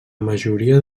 majoria